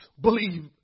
believe